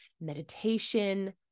meditation